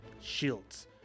Shields